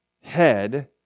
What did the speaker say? head